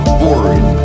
boring